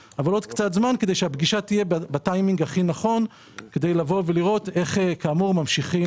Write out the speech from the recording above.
כדי שהפגישה תהיה בטיימינג הכי נכון וכדי לבוא ולראות איך ממשיכים.